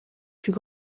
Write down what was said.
plus